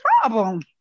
problem